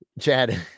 Chad